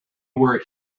were